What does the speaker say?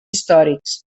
històrics